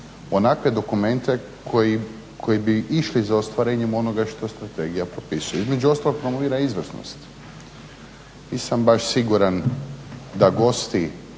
onakve dokumente koji bi išli za ostvarenjem onoga što strategija propisuje. Između ostalog promovira izvrsnost. Nisam baš siguran da gosti